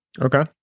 Okay